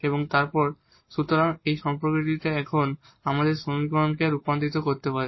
এবং তারপর সুতরাং এই সম্পর্কটি এখন আমরা আমাদের সমীকরণকে রূপান্তর করতে পারি